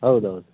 ಹೌದು ಹೌದು